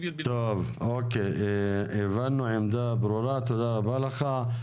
טוב, הבנו, עמדה ברורה, תודה רבה לך.